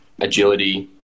agility